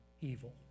evil